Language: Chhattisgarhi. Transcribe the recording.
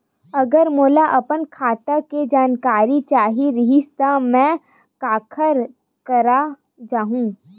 अगर मोला अपन खाता के जानकारी चाही रहि त मैं काखर करा जाहु?